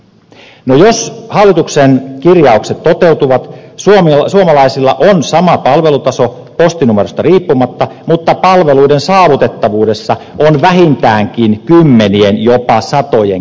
no jos hallituksen kirjaukset toteutuvat suomalaisilla on sama palvelutaso postinumerosta riippumatta mutta palveluiden saavutettavuudessa on vähintäänkin kymmenien jopa satojen kilometrien ero